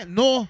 no